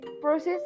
process